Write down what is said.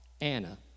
Anna